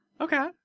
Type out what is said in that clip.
Okay